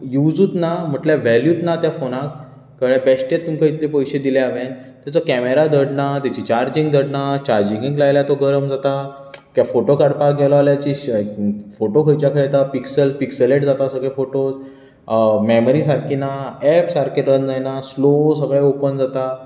युजच ना म्हणजे वेल्यूच ना त्या फोनाक कळ्ळें बेश्टे तुमकां इतले पयशे दिले हावें ताचो कॅमरा धड ना ताची चार्जींग धड ना चार्जीेगेक लायल्यार तो गरम जाता फोटो काडपाक गेलो जाल्यार फोटो खंयच्या खंय येता पिक्सल पिक्सलेट जाता सगळे फोटोस मॅमरी सारकी ना एप्स सारके बंद जायना स्लो सगळे बंद जाता